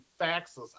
faxes